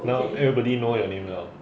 now everybody know your name now